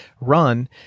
run